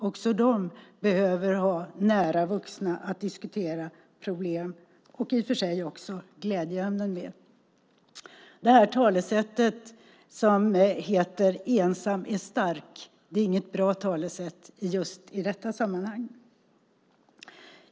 Också de behöver ha nära vuxna att diskutera problem, och i och för sig också glädjeämnen, med. Talesättet som lyder ensam är stark är inget bra talesätt just i detta sammanhang.